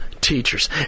teachers